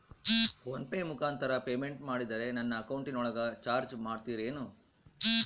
Phone pay ಮುಖಾಂತರ payment ಮಾಡಿದರೆ ನನ್ನ ಅಕೌಂಟಿನೊಳಗ ಚಾರ್ಜ್ ಮಾಡ್ತಿರೇನು?